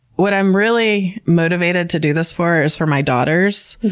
what i'm really motivated to do this for is for my daughters,